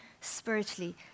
spiritually